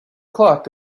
clock